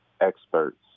experts